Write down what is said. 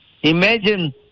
Imagine